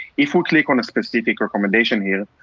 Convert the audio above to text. if we click on a specific recommendation here,